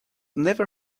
never